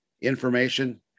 information